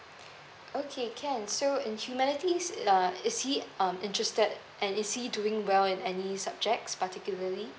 okay can so in humanities uh is he um interested and is he doing well in any subjects particularly